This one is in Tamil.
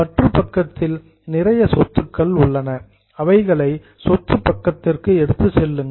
பற்று பக்கத்தில் நிறைய சொத்துக்கள் உள்ளன அவைகளை சொத்து பக்கத்திற்கு எடுத்துச் செல்லுங்கள்